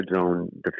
zone